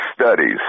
studies